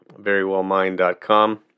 verywellmind.com